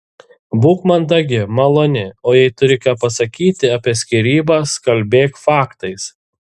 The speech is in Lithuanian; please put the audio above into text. būk mandagi maloni o jei turi ką pasakyti apie skyrybas kalbėk faktais